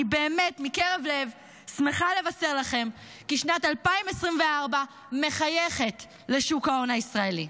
אני באמת שמחה מקרב לב לבשר לכם כי שנת 2024 מחייכת לשוק ההון הישראלי,